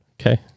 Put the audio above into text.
Okay